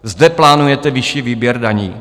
Zde plánujete vyšší výběr daní?